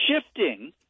shifting